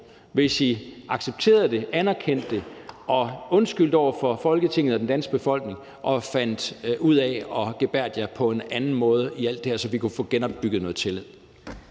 hvis I accepterede det, anerkendte det og undskyldte over for Folketinget og den danske befolkning og fandt ud af at gebærde jer på en anden måde i alt det her, så vi kunne få genopbygget noget tillid.